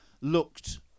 looked